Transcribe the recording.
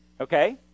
Okay